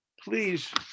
please